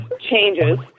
changes